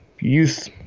youth